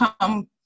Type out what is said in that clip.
come